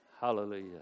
Hallelujah